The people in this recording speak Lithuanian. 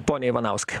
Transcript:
pone ivanauskai